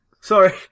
Sorry